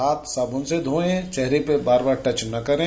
हाथ साबुन से धोये और चेहरे पर बार बार टच न करे